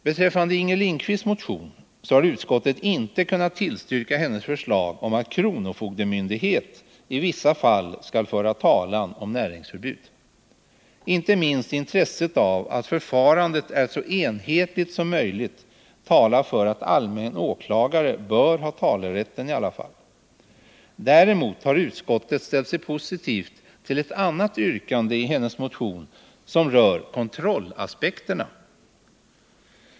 Beträffande Inger Lindquists motion gäller att utskottet inte kunnat tillstyrka hennes förslag om att kronofogdemyndighet i vissa fall skall föra talan om näringsförbud. Inte minst intresset av att förfarandet är så enhetligt som möjligt talar för att allmän åklagare bör ha talerätten i alla fall. Däremot har utskottet ställt sig positivt till ett yrkande i hennes motion som rör kontrollaspekterna.